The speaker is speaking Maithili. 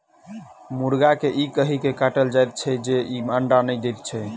मुर्गा के ई कहि क काटल जाइत छै जे ई अंडा नै दैत छै